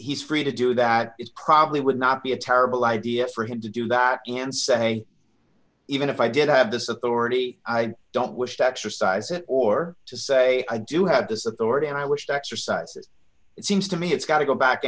he's free to do that it's probably would not be a terrible idea for him to do that and say even if i did have this of the already i don't wish to exercise it or to say i do have this authority and i wish to exercise it it seems to me it's got to go back